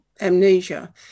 amnesia